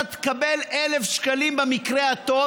אתה תקבל 1,000 שקלים במקרה הטוב,